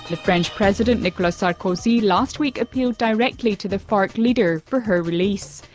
the french president, nicolas sarkozy last week appealed directly to the farc leader for her release.